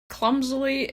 clumsily